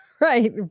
right